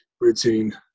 routine